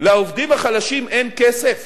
לעובדים החלשים אין כסף?